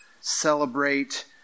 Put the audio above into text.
celebrate